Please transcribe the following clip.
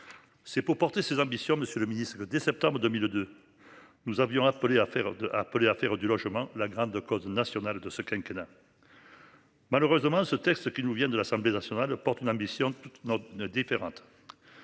C'est pour porter ses ambitions. Monsieur le Ministre que dès septembre 2002. Nous avions appelé à faire appeler à faire du logement. La grande cause nationale de ce quinquennat. Malheureusement ce texte qui nous vient de l'Assemblée nationale porte une ambition. Ne différentes.